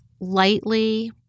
lightly